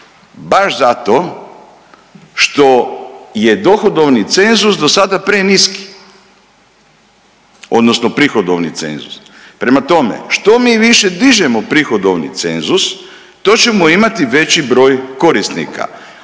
baš zato što je dohodovni cenzus dosada preniski odnosno prihodovni cenzus. Prema tome, što mi više dižemo prihodovni cenzus to ćemo imati veći broj korisnika,